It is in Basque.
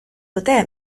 dute